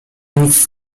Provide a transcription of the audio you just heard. nic